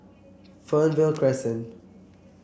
Fernvale Crescent